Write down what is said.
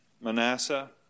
Manasseh